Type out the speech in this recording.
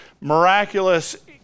miraculous